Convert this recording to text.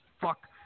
fuck